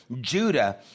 Judah